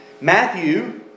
Matthew